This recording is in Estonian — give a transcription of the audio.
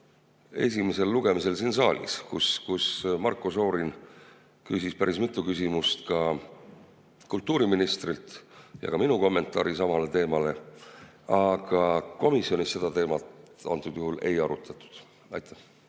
esimesel lugemisel siin saalis, kui Marko Šorin küsis päris mitu küsimust ka kultuuriministrilt ja ka minu kommentaar oli samal teemal. Aga komisjonis seda teemat antud juhul ei arutatud. Suur